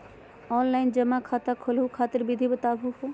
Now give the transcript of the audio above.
Online जमा खाता खोलहु खातिर विधि बताहु हो?